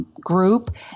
Group